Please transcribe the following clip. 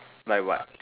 like what